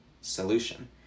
solution